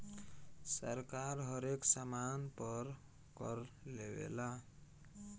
सरकार हरेक सामान पर कर लेवेला